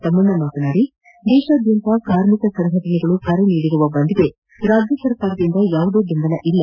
ತಮ್ನಣ್ಣ ಮಾತನಾಡಿ ದೇಶಾದ್ಯಂತ ಕಾರ್ಮಿಕ ಸಂಘಟನೆಗಳು ಕರೆ ನೀಡಿರುವ ಬಂದ್ಗೆ ರಾಜ್ಯ ಸರ್ಕಾರದಿಂದ ಯಾವುದೇ ಬೆಂಬಲ ಇಲ್ಲ